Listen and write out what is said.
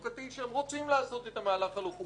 שהם רוצים לעשת את המהלך הלא חוקתי הזה.